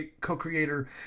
co-creator